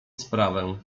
sprawę